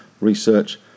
research